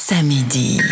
Samedi